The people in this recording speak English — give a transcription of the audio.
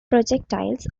projectiles